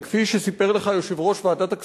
וכפי שסיפר לך יושב-ראש ועדת הכספים,